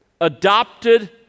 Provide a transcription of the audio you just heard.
adopted